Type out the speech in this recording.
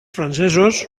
francesos